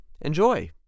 enjoy